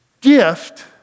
gift